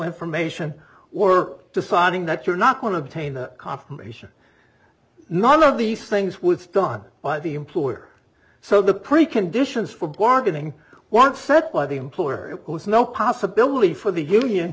information or deciding that you're not going to detain a confirmation not all of these things was done by the employer so the preconditions for bargaining want set by the employer who has no possibility for the union